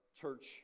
church